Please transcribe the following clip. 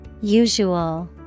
Usual